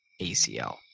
acl